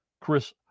Chris